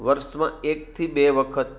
વર્ષમાં એકથી બે વખત